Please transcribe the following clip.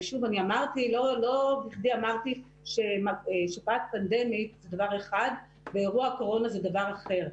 לא בכדי אמרתי ששפעת פנדמית זה דבר אחד ואירוע קורונה זה דבר אחר.